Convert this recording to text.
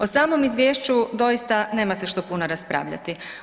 O samom izvješću doista nema se što puno raspravljati.